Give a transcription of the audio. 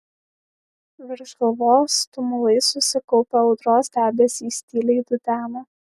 virš galvos tumulais susikaupę audros debesys tyliai dudena